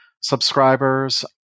subscribers